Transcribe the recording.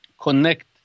connect